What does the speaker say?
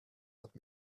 let